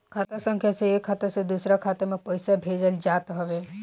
खाता संख्या से एक खाता से दूसरा खाता में पईसा भेजल जात हवे